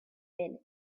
been